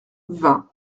vingt